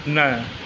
न